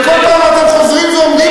שכל פעם אתם חוזרים ואומרים,